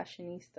fashionista